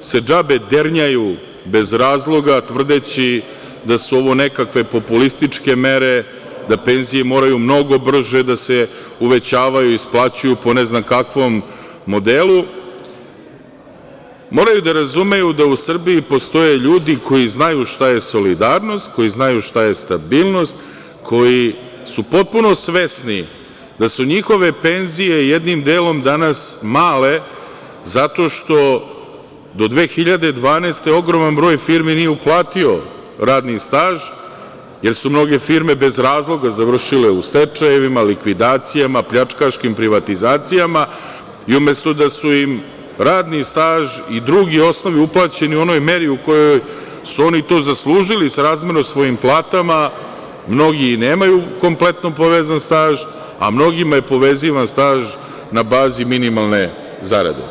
se džabe dernjaju, bez razloga tvrdeći da su ovo nekakve populističke mere, da penzije moraju mnogo brže da se uvećavaju i isplaćuju po ne znam kakvom modelu, moraju da razumeju da u Srbiji postoje ljudi koji znaju šta je solidarnost, koji znaju šta je stabilnost, koji su potpuno svesni da su njihove penzije jednim delom danas male zato što do 2012. godine ogroman broj firmi nije uplatio radni staž, jer su mnoge firme bez razloga završile u stečajevima, likvidacijama, pljačkaškim privatizacijama i umesto da su im radni staž i drugi osnovi uplaćeni u onoj meri u kojoj su oni to zaslužili srazmerno svojim platama, mnogi i nemaju kompletno povezan staž, a mnogima je povezivan staž na bazi minimalne zarade.